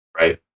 right